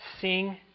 sing